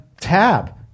tab